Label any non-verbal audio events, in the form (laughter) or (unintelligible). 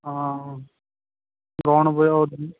ਹਾਂ (unintelligible)